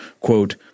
Quote